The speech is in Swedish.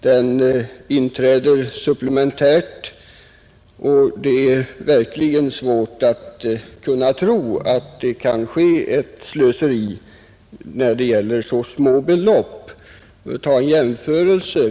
Den inträder supplementärt, och det är verkligen svårt att tro att det kan förekomma ett slöseri när man ger så små belopp. Låt oss ta en jämförelse.